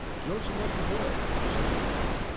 joe's a lucky boy, said whitney.